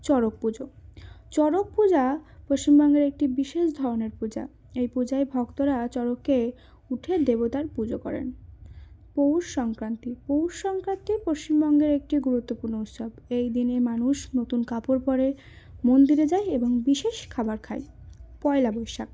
চড়ক পুজো চড়ক পূজা পশ্চিমবঙ্গের একটি বিশেষ ধরনের পূজা এই পূজায় ভক্তরা চড়কে উঠে দেবতার পুজো করেন পৌষ সংক্রান্তি পৌষ সংক্রান্তি পশ্চিমবঙ্গের একটি গুরুত্বপূর্ণ উৎসব এই দিনে মানুষ নতুন কাপড় পরে মন্দিরে যায় এবং বিশেষ খাবার খায় পয়লা বৈশাখ